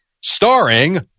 Starring